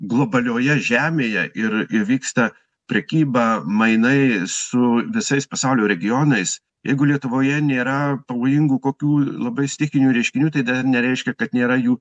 globalioje žemėje ir įvyksta prekyba mainai su visais pasaulio regionais jeigu lietuvoje nėra pavojingų kokių labai stichinių reiškinių tai dar nereiškia kad nėra jų